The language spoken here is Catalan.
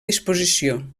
disposició